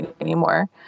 anymore